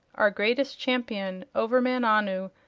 our greatest champion, overman-anu,